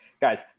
guys